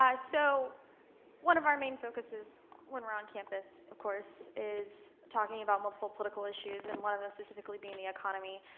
so one of our main focuses when we're on campus, of course, is talking about multiple political issues, and one of them specifically being the economy.